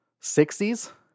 60s